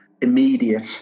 immediate